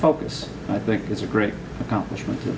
focus i think it's a great accomplishment